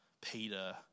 Peter